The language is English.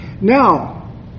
Now